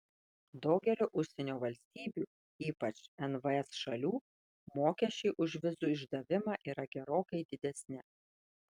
daugelio užsienio valstybių ypač nvs šalių mokesčiai už vizų išdavimą yra gerokai didesni